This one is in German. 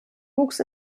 wuchs